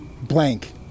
blank